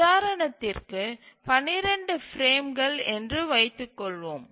உதாரணத்திற்கு 12 பிரேம்கள் என்று வைத்துக்கொள்வோம்